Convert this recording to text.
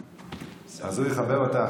היושב-ראש",